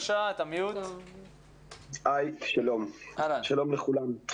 שלום לכולם.